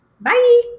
Bye